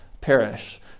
perish